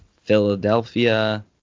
Philadelphia